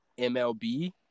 MLB